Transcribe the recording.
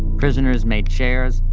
prisoners made chairs.